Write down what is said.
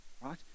right